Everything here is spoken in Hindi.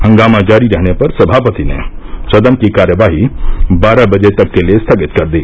हंगामा जारी रहने पर सभापति ने सदन की कार्यवाही बारह बजे तक के लिए स्थगित कर दी